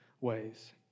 ways